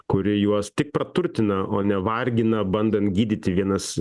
kuri juos tik praturtina o nevargina bandant gydyti vienas